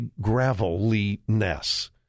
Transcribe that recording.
gravelly-ness